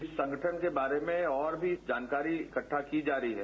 इस संगठन के बारे में और भी जानकारी इक्ट्वा की जा रही है